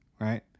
right